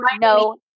no